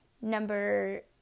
Number